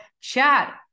chat